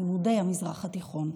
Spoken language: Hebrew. לימודי המזרח התיכון.